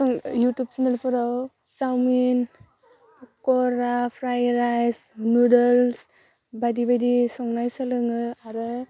YouTube सेनेलफोराव सावमिन फख'रा प्राइ राइस नुदोल्स बायदि बायदि संनाय सोलोङो आरो